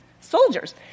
soldiers